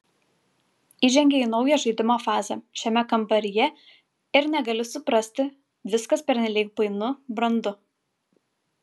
įžengei į naują žaidimo fazę šiame kambaryje ir negali suprasti viskas pernelyg painu brandu